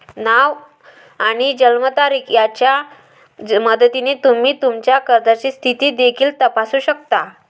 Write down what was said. नाव आणि जन्मतारीख यांच्या मदतीने तुम्ही तुमच्या कर्जाची स्थिती देखील तपासू शकता